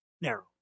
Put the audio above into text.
narrow